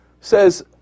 says